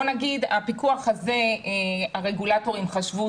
בוא נגיד שהפיקוח הזה, הרגולטורים חשבו